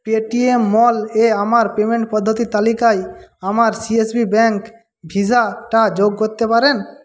Paytm mall এ আমার payment পদ্ধতির তালিকায় আমার সিএসবি ব্যাঙ্ক ভিসাটা যোগ করতে পারেন